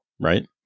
right